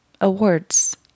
awards